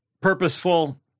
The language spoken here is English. purposeful